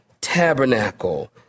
tabernacle